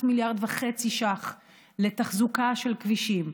1.5 מיליארד ש"ח לתחזוקה של כבישים.